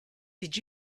did